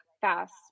fast